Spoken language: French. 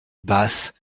basses